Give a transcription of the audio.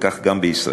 וכך גם בישראל.